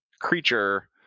creature